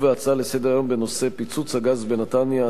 בהצעות לסדר-היום בנושא: פיצוץ הגז בנתניה,